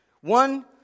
One